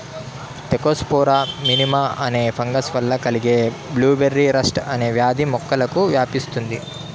Thekopsora minima అనే fungus వల్ల కలిగే బ్లూబెర్రీ రస్ట్ అనే వ్యాధి మొక్కలకు వ్యాపిస్తుంది